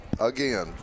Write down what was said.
again